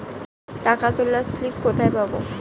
টাকা তোলার স্লিপ কোথায় পাব?